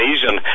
Asian